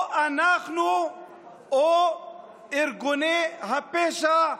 או אנחנו או ארגוני הפשע.